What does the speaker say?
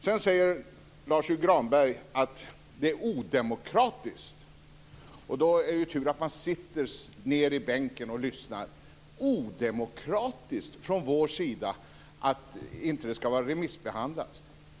Sedan säger Lars U Granberg att det är odemokratiskt. Då är det tur att man sitter ned i bänken och lyssnar. Det skulle vara odemokratiskt från vår sida att säga att det inte skall vara remissbehandling.